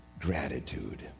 gratitude